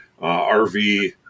RV